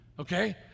Okay